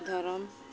ᱫᱷᱚᱨᱚᱢ